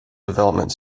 development